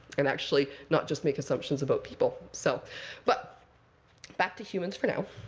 and actually not just make assumptions about people. so but back to humans for now.